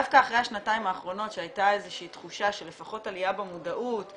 דווקא אחרי השנתיים האחרונות שהייתה איזושהי תחושה של עלייה במודעות,